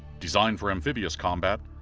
designed for amphibious combat,